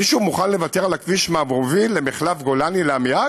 מישהו מוכן לוותר על הכביש המוביל ממחלף גולני לעמיעד,